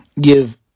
give